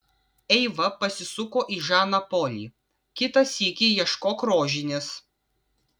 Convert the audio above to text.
eiva pasisuko į žaną polį kitą sykį ieškok rožinės